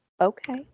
Okay